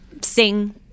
sing